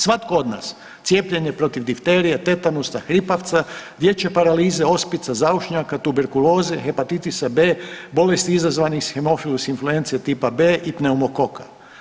Svatko od nas cijepljenje protiv difterije, tetanusa, hripavca, dječje paralize, ospice, zaušnjaka, tuberkuloze, hepatitisa B, bolesti izazvanih hemofilus influence tipa B i pneumokoka.